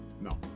No